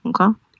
okay